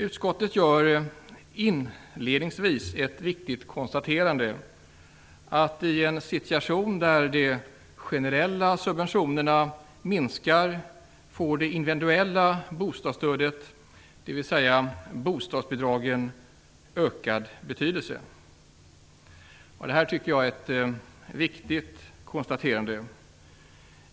Utskottet gör inledningsvis ett viktigt konstaterande, nämligen att det individuella bostadsstödet, dvs. bostadsbidragen, får en ökad betydelse i en situation då de generella subventionerna minskar. Det tycker jag är ett viktigt konstaterande.